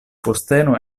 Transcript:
posteno